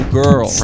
girl